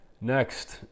next